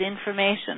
information